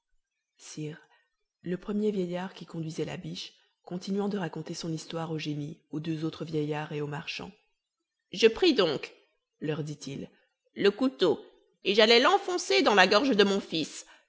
le premier vieillard qui conduisait la biche continuant de raconter son histoire au génie aux deux autres vieillards et au marchand je pris donc leur dit-il le couteau et j'allais l'enfoncer dans la gorge de mon fils